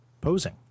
posing